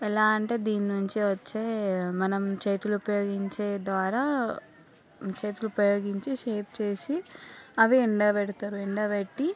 ఎలా అంటే దీని నుంచి వచ్చే మనం చేతులు ఉపయోగించే ద్వారా చేతులు ఉపయోగించే షేప్ చేసి అవే ఎండబెడతరు ఎండబెట్టి